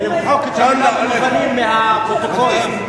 תמחק את המלה "מנוולים" מהפרוטוקול.